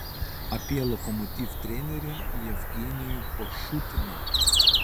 apie lokomotiv trenerį jevgenijų pašutiną